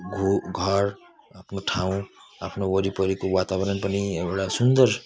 घो घर आफ्नो ठाँउ आफ्नो वरिपरीको वातावरण पनि एउटा सुन्दर